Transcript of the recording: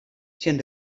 tsjin